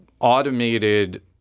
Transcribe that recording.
automated